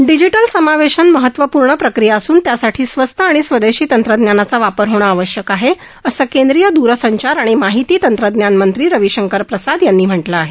digital समावेशन एक महत्वपूर्ण प्रक्रिया असून त्यासाठी स्वस्त आणि स्वदेशी तंत्रज्ञानाचा वापर होणं आवश्यक आहे असं केंद्रीय दुरसंचार आणि माहिती तंत्रज्ञान मंत्री रवीशंकर प्रसाद यांनी म्हटलं आहे